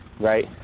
right